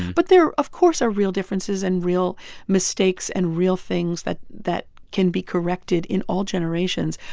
but there, of course, are real differences and real mistakes and real things that that can be corrected in all generations.